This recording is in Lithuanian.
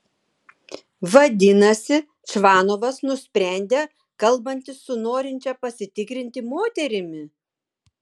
vadinasi čvanovas nusprendė kalbantis su norinčia pasitikrinti moterimi